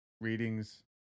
readings